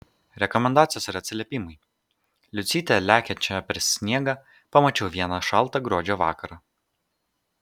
rekomendacijos ir atsiliepimai liucytę lekiančią per sniegą pamačiau vieną šaltą gruodžio vakarą